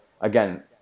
again